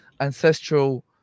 ancestral